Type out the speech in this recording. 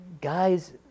Guys